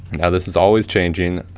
now, this is always changing,